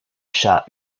shah